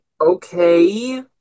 Okay